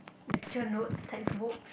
lecture notes textbook